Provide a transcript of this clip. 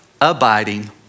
abiding